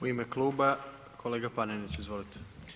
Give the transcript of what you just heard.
U ime Kluba, kolega Panenić, izvolite.